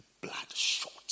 bloodshot